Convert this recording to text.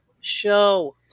Show